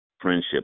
Friendship